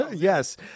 Yes